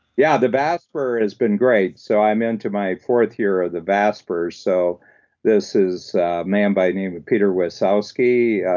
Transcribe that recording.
yeah, the vasper has been great. so i'm into my fourth year of the vasper, so this is a man by the name of peter wasowski,